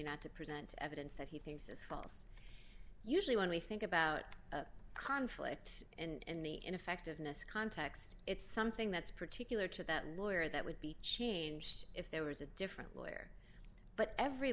not to present evidence that he thinks is false usually when we think about conflict and the ineffectiveness context it's something that's particular to that lawyer that would be changed if there was a different lawyer but every